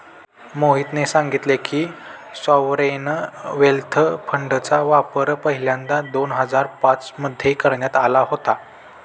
मोहितने सांगितले की, सॉवरेन वेल्थ फंडचा वापर पहिल्यांदा दोन हजार पाच मध्ये करण्यात आला होता